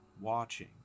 watching